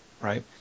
Right